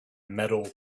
metal